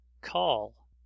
call